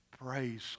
Praise